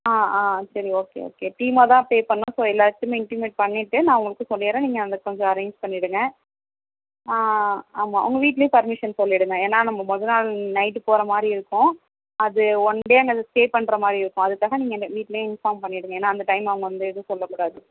ஆ ஆ சரி okay okay டீமாக தான் பே பண்ணணும் ஸோ எல்லார்கிட்டையுமே இண்டிமேட் பண்ணிவிட்டு நான் உங்களுக்கு சொல்லிடுறேன் நீங்கள் அங்கே கொஞ்சம் அரேஞ்சு பண்ணிவிடுங்க ஆ ஆமாம் உங்கள் வீட்டுலேயும் பர்மிஷன் சொல்லிவிடுங்க ஏன்னா நம்ம மொதல் நாள் நைட்டு போகிற மாதிரி இருக்கும் அது ஒன் டே அங்கே ஸ்டே பண்ணுற மாதிரி இருக்கும் அதுக்காக நீங்கள் அந்த வீட்டுலேயும் இன்ஃபார்ம் பண்ணிவிடுங்க ஏன்னா அந்த டைம் அங்கே வந்து எதுவும் சொல்ல கூடாது